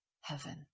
heaven